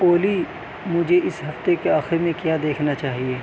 اولی مجھے اس ہفتے کے آخر میں کیا دیکھنا چاہئے